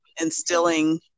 instilling